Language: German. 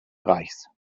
reichs